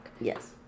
Yes